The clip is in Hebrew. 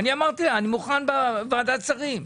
אמרתי בוועדת שרים,